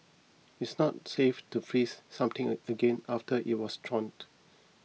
it is not safe to freeze something again after it was thawed